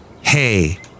Hey